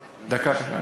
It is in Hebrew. דקה.